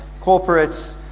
corporates